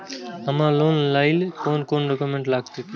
हमरा लोन लाइले कोन कोन डॉक्यूमेंट लागत?